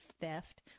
theft